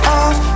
off